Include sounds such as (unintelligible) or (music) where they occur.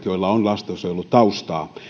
(unintelligible) joilla on lastensuojelutaustaa